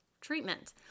treatment